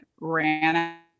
ran